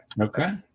okay